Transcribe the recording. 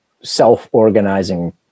self-organizing